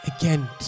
Again